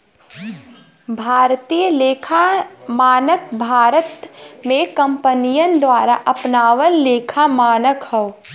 भारतीय लेखा मानक भारत में कंपनियन द्वारा अपनावल लेखा मानक हौ